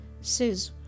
says